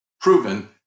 proven